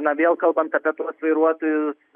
na vėl kalbant apie tuos vairuotojus